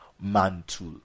mantle